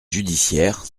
judiciaire